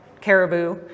caribou